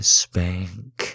spank